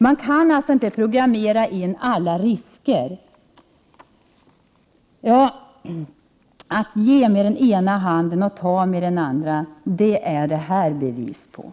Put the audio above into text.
Det går alltså inte att programmera in alla risker. Detta är ett bevis på att regeringen ger med den ena handen och tar med den andra.